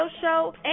show